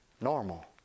normal